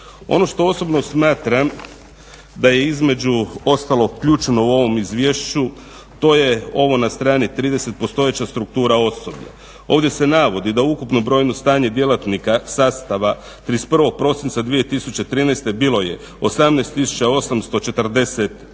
Ono što osobno smatram da je između ostalo ključno u ovom izvješću, to je ovo na strani 30, postojeća struktura osoblja. Ovdje se navodi da ukupno brojno stanje djelatnika sastava 31. prosinca 2013. bilo je 18 841 od toga